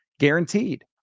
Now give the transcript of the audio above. guaranteed